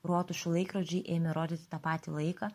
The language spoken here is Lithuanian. rotušių laikrodžiai ėmė rodyti tą patį laiką